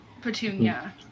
Petunia